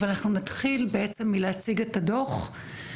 אבל אנחנו נתחיל בעצם מלהציג את הדוח,